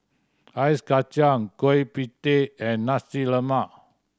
Ice Kachang Kueh Pie Tee and Nasi Lemak